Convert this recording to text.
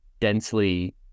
densely